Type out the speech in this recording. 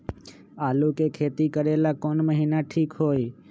आलू के खेती करेला कौन महीना ठीक होई?